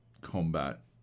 combat